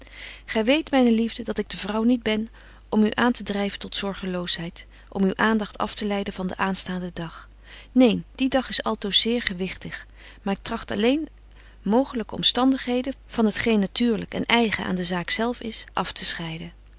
gy weet myne liefde dat ik de vrouw niet ben om u aan te dryven tot zorgeloosheid om uw aandagt afteleiden van den aanstaanden dag neen die dag is altoos zeer gewigtig maar ik tragt alleen mogelyke omstanbetje wolff en aagje deken historie van mejuffrouw sara burgerhart digheden van het geen natuurlyk en eigen aan de zaak zelf is aftescheiden men sterft